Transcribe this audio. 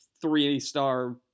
three-star